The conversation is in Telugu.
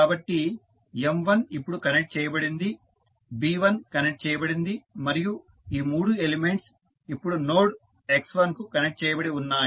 కాబట్టి M1 ఇప్పుడు కనెక్ట్ చేయబడింది B1 కనెక్ట్ చేయబడింది మరియు ఈ మూడు ఎలిమెంట్స్ ఇప్పుడు నోడ్ x1 కు కనెక్ట్ చేయబడి ఉన్నాయి